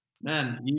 man